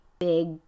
big